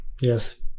Yes